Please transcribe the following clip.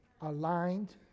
aligned